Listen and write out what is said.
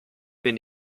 bin